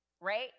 Right